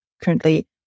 currently